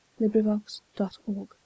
LibriVox.org